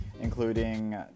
including